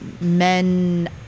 men